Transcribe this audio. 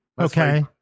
Okay